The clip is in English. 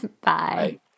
Bye